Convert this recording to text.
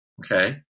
okay